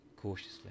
cautiously